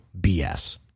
BS